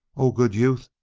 o good youth!